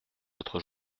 autres